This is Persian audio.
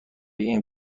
این